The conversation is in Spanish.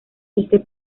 este